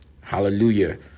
Hallelujah